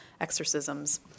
exorcisms